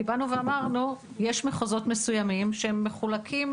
כי באנו ואמרנו יש מחוזות מסוימים שמחולקים